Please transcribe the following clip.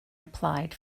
applied